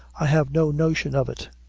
i have no notion of it.